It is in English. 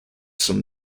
some